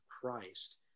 Christ